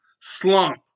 slump